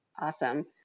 Awesome